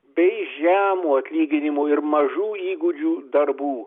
bei žemo atlyginimo ir mažų įgūdžių darbų